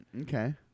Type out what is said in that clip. Okay